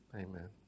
Amen